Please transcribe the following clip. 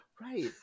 Right